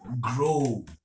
grow